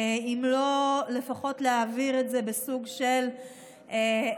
אם לא לפחות להעביר את זה בסוג של העברה,